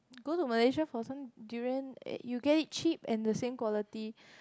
go to Malaysia for some durian eh you get it cheap and the same quality